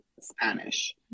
Spanish